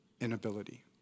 inability